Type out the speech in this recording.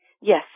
Yes